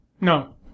no